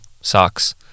socks